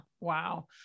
Wow